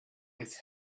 his